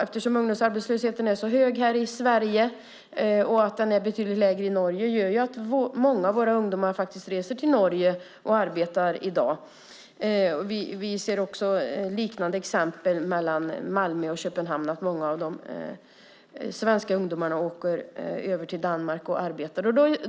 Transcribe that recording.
Eftersom ungdomsarbetslösheten är så hög här i Sverige och arbetslösheten i Norge är betydligt lägre reser många av våra ungdomar i dag till Norge för att arbeta där. Liknande exempel kan vi se när det gäller Malmö och Köpenhamn. Många svenska ungdomar åker över till Danmark för att arbeta där.